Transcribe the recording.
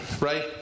right